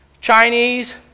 Chinese